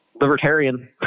libertarian